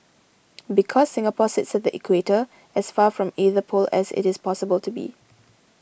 because Singapore sits at the equator as far from either pole as it is possible to be